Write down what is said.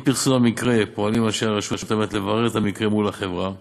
עם פרסום המקרה פועלים ראשי הרשות לברר את המקרה מול החברה.